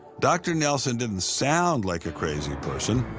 dr. nelson didn't sound like a crazy person,